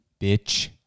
Bitch